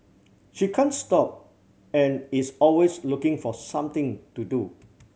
she can't stop and is always looking for something to do